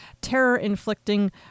terror-inflicting